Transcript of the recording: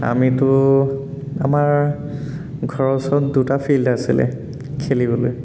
আমিতো আমাৰ ঘৰৰ ওচৰত দুটা ফিল্ড আছিলে খেলিবলৈ